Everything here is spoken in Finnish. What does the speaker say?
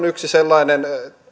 yksi sellainen